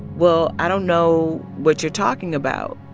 well, i don't know what you're talking about.